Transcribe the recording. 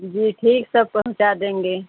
जी ठीक सब पहुंचा देंगे